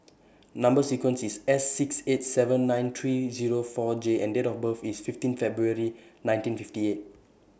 Number sequence IS S six eight seven nine three Zero four J and Date of birth IS fifteen February nineteen fifty eight